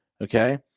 Okay